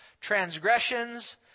transgressions